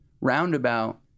roundabout